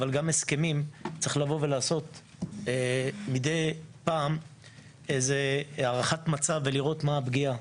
אבל גם צריך לעשות מדי פעם הערכת מצב ולראות מה הפגיעה,